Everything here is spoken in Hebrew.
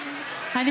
כן, זה ההבדל היחידי.